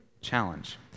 challenge